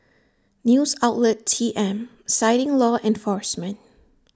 news outlet T M citing law enforcement